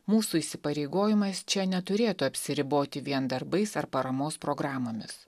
mūsų įsipareigojimas čia neturėtų apsiriboti vien darbais ar paramos programomis